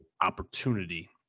opportunity